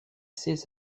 ses